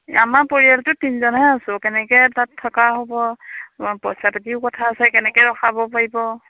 আমাৰ পৰিয়ালটো তিনজনহে আছোঁ কেনেকে তাত থকা হ'ব পইচা পাতিও কথা আছে কেনেকে ৰখাব পাৰিব